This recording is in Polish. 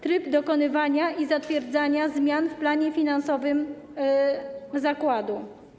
Tryb dokonywania i zatwierdzania zmian w planie finansowym zakładu.